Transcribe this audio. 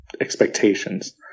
expectations